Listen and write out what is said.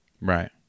Right